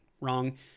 wrong